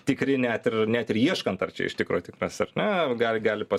tikri net ir net ir ieškant ar čia iš tikro tikras ar ne gal gali pasirodyt